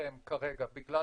בפניכם כרגע, בגלל